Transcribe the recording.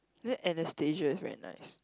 then Anastasia is very nice